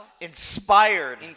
inspired